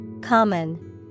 Common